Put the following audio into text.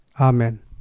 Amen